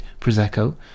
Prosecco